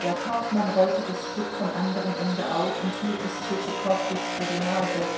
der kaufmann rollte das stück vom anderen ende auf und hielt es tschitschikow dicht vor die nase